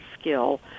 skill